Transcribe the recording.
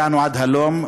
הגענו עד הלום,